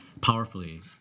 powerfully